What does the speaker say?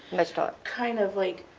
but ah kind of like.